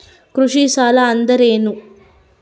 ಕೃಷಿ ಸಾಲ ಅಂದರೇನು?